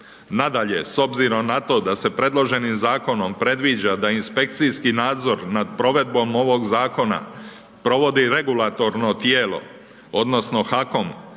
Nadalje, s obzirom na to da se predloženim zakonom predviđa da inspekcijski nadzor nad provedbom ovog zakona provodi regulatorno tijelo odnosno HAKOM